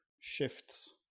shifts